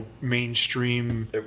mainstream